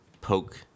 poke